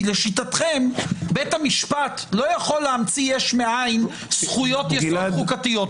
אם לשיטתכם בית המשפט לא יכול להמציא יש מאין זכויות יסוד חוקתיות,